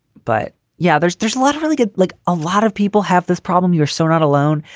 but yeah, there's there's a lot of really good. like a lot of people have this problem. you're so not alone.